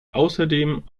außerdem